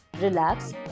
relax